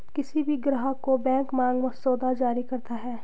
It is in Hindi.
किसी भी ग्राहक को बैंक मांग मसौदा जारी करता है